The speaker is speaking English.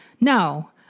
no